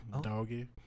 doggy